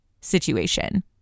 situation